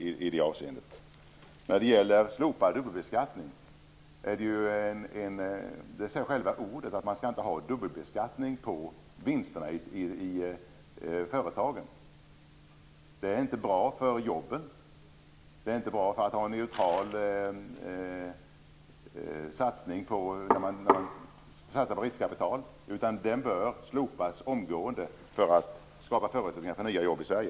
Själva begreppet dubbelbeskattning säger att det inte skall vara dubbelbeskattning på vinster i företagen. Det är inte bra för jobben och inte heller för en neutral satsning på riskkapital. Dubbelbeskattningen bör slopas omgående för att förutsättningar skall skapas för nya jobb i Sverige.